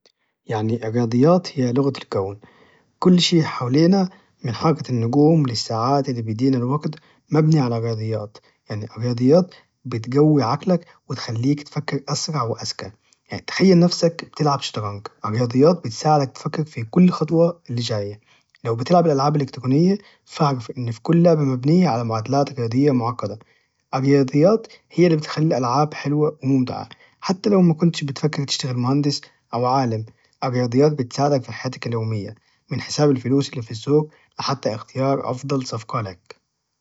يعني الرياضيات هي لغة الكون كل شي حوالينا من حركة النجوم للساعات اللي بيدينا الوجت مبني على الرياضيات يعني الرياضيات بتجوي عقلك تخليك تفكر أسرع واذكى يعني تخيل نفسك بتلعب شطرنج الرياضيات بتساعدك تفكر في كل خطوة الجاية لو بتلعب الألعاب الإلكترونية فاعرف ان كل لعبة مبنية على معادلات رياضية معقدة الرياضيات هي اللي بتخلي الألعاب حلوة ممتعة حتى لو مكنتش بتفكر تشتغل مهندس او عالم الرياضيات بتساعدك في حياتك اليومية من حساب الفلوس اللي في السوق حتى إختيار أفضل صفقة لك